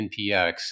npx